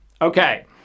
Okay